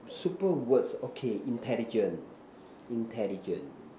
super words okay intelligent intelligent